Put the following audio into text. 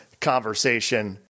conversation